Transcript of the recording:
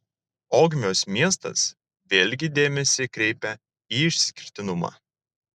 ogmios miestas vėlgi dėmesį kreipia į išskirtinumą